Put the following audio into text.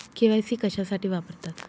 KYC कशासाठी वापरतात?